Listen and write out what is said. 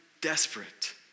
desperate